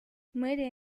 мэрия